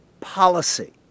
policy